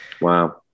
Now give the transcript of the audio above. Wow